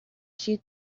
she